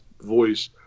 voice